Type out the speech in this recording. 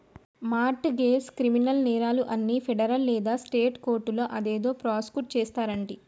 mart గెజ్, criminal నేరాలు అన్ని ఫెడరల్ లేదా స్టేట్ కోర్టులో అదేదో ప్రాసుకుట్ చేస్తారంటి